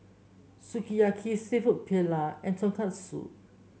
Sukiyaki seafood Paella and Tonkatsu